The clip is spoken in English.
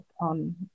on